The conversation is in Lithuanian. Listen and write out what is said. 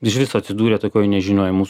iš viso atsidūrė tokioj nežinioj mus